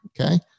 Okay